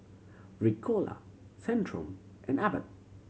Ricola Centrum and Abbott